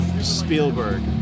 Spielberg